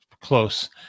close